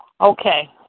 Okay